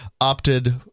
opted